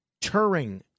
Turing